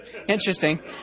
interesting